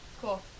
Cool